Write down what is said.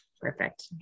Perfect